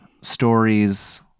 stories